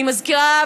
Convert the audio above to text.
אני מזכירה,